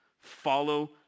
Follow